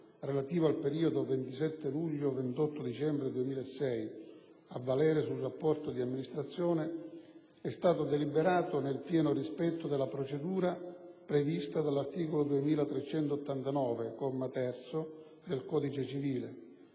relativo al periodo 27 luglio-28 dicembre 2006, a valere sul rapporto di amministrazione, è stata deliberata nel pieno rispetto della procedura prevista dall'articolo 2389, comma 3, del codice civile,